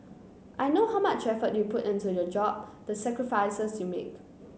I know how much effort you put into your job the sacrifices you make